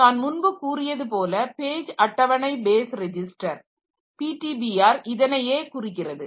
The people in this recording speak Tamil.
நான் முன்பு கூறியது போல பேஜ் அட்டவணை பேஸ் ரெஜிஸ்டர் PTBR இதனையே குறிக்கிறது